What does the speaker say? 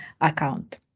account